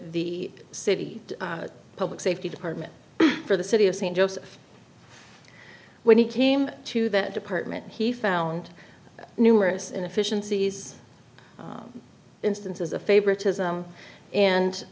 the city public safety department for the city of st joseph when he came to that department he found numerous inefficiencies instances of favoritism and